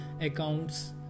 accounts